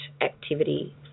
activity